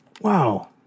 Wow